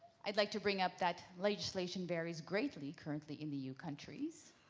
i would like to bring up that legislation varies greatly currently in the eu countries.